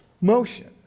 motion